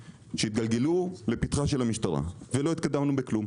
שיתגלגלו לפתחה של המשטרה ולא התקדמנו בכלום.